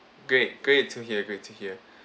great great to hear great to hear